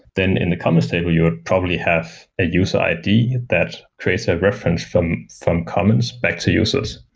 then in the comments table, you would probably have a user id that creates a reference from from comments back to users.